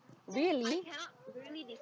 really